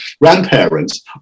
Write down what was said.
grandparents